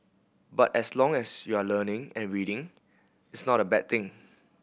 but as long as you are learning and reading it's not a bad thing